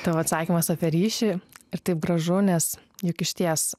tavo atsakymas apie ryšį ir taip gražu nes juk išties